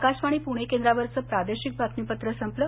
आकाशवाणी पृणे केंद्रावरचं प्रादेशिक बातमीपत्र संपलं